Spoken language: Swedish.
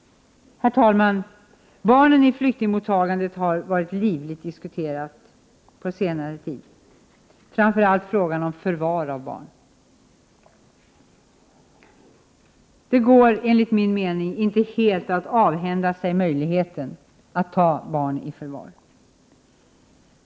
Herr talman! Barnen i flyktingmottagandet har varit livligt diskuterade den senaste tiden, framför allt frågan om förvar av barn. Det går enligt min mening inte att helt avhända sig möjligheten att ta barn i förvar.